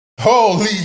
Holy